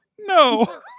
no